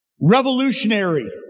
revolutionary